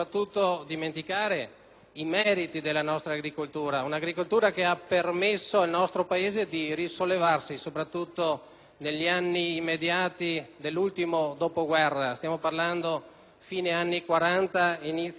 i meriti della nostra agricoltura, un'agricoltura che ha permesso al nostro Paese di risollevarsi, soprattutto negli anni immediati dell'ultimo dopoguerra (stiamo parlando dell'inizio degli anni